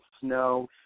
snow